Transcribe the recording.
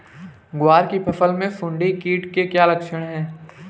ग्वार की फसल में सुंडी कीट के क्या लक्षण है?